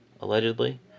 allegedly